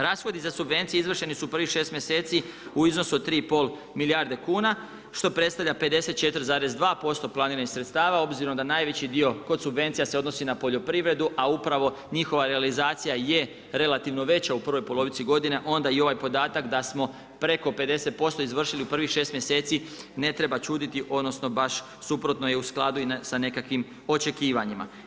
Rashodi za subvencije izvršeni su u prvih 6 mjeseci u iznosu od 3,5 milijarde kuna što predstavlja 54,2% planiranih sredstava obzirom da najveći dio kod subvencija se odnosi na poljoprivredu a upravo njihova realizacija je relativno veća u prvoj polovici godine onda i ovaj podatak da smo preko 50% izvršili u prvih 6 mjeseci ne treba čuditi odnosno baš suprotno je u skladu i sa nekakvim očekivanjima.